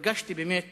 הרגשתי באמת